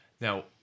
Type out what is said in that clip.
Now